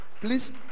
Please